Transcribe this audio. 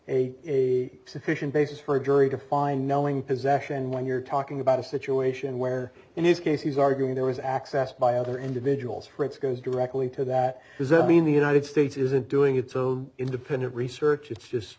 a sufficient basis for a jury to find knowing possession when you're talking about a situation where in his case he's arguing there is access by other individuals for it's goes directly to that does that mean the united states isn't doing its own independent research it's just